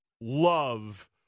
love